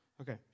Okay